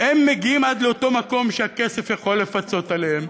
הם מגיעים עד לאותו מקום שהכסף יכול לפצות עליהם.